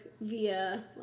via